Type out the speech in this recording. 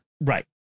Right